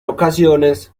ocasiones